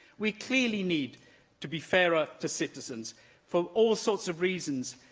we clearly need to be fairer to citizens for all sorts of reasons.